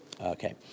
Okay